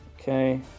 Okay